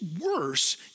worse